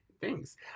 Thanks